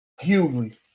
Hughley